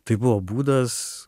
tai buvo būdas